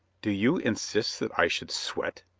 do you insist that i should sweat?